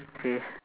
okay